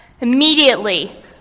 Immediately